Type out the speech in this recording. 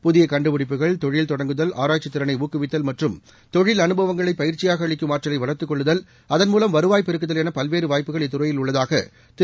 புதிய கண்டுபிடிப்புகள் தொழில் தொடங்குதல் ஆராய்ச்சி திறளை ஊக்குவித்தல் மற்றும் தொழில் அனுபவங்களை பயிற்சியாக அளிக்கும் ஆற்றலை வளர்த்துக் கொள்ளுதல் அதன் மூவம் வருவாய் பெருக்குதல் என பல்வேறு வாய்ப்புகள் இத்துறையில் உள்ளதாக திரு